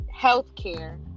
healthcare